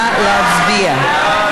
נא להצביע.